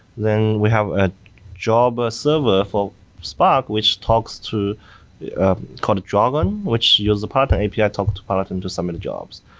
then we have a job ah server for spark which talks to called a jargon, which use the peloton api talk to peloton to submit jobs.